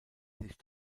sich